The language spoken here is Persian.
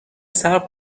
صبر